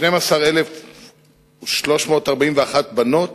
מתוכם 12,341 בנות